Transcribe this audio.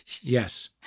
yes